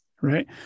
Right